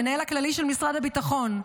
המנהל הכללי של משרד הביטחון.